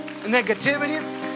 negativity